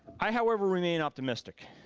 i however remain optimistic.